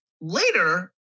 later